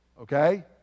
okay